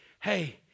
hey